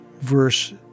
verse